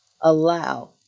allow